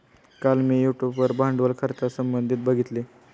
काल मी यूट्यूब वर भांडवल खर्चासंबंधित बघितले